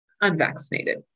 Unvaccinated